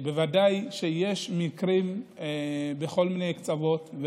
יש בוודאי מקרים בכל מיני קצוות,